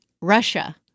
Russia